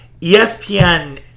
ESPN